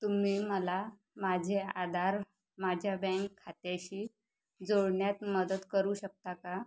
तुम्ही मला माझे आधार माझ्या बँक खात्याशी जोडण्यात मदत करू शकता का